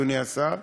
אדוני השר,